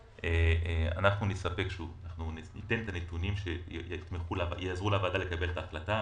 אנחנו ניתן את הנתונים שיעזרו לוועדה לקבל את ההחלטה.